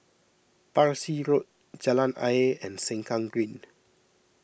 Parsi Road Jalan Ayer and Sengkang Green